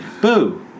Boo